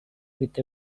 with